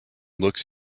looks